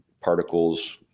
particles